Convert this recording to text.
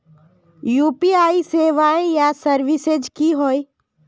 UPI सेवाएँ या services की होय?